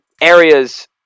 areas